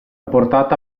portata